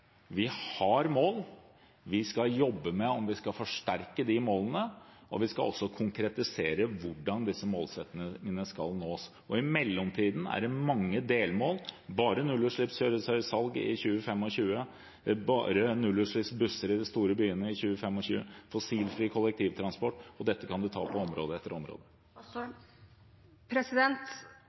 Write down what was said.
skal også konkretisere hvordan disse målsettingene skal nås. I mellomtiden er det mange delmål: bare nullutslippskjøretøysalg i 2025, bare nullutslippsbusser i de store byene i 2025, fossilfri kollektivtransport. Dette kan vi ta på område etter